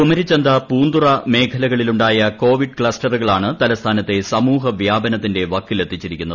കുമരിചന്ത പൂന്തുറ മേഖലകളിലുണ്ടായ കോവിഡ് ക്ലസ്റ്ററുകളാണ് തലസ്ഥാനത്തെ സമൂഹ വ്യാപനത്തിന്റെ വക്കിലെത്തിച്ചിരിക്കുന്നത്